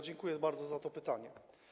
Dziękuję bardzo za to pytanie.